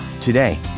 Today